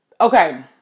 Okay